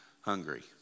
hungry